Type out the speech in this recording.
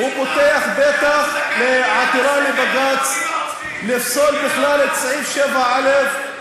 הוא פותח פתח לעתירה לבג"ץ לפסול בכלל את סעיף 7א,